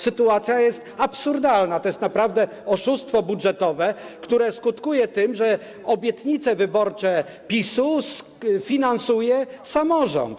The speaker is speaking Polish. Sytuacja jest absurdalna, to jest naprawdę oszustwo budżetowe, które skutkuje tym, że obietnice wyborcze PiS-u sfinansuje samorząd.